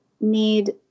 need